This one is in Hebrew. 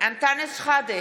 אנטאנס שחאדה,